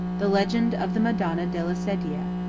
the legend of the madonna della sedia.